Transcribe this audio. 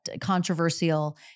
controversial